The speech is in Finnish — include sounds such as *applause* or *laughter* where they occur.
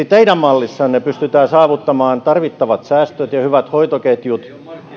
*unintelligible* teidän mallissanne pystyttäisiin saavuttamaan tarvittavat säästöt ja ja hyvät hoitoketjut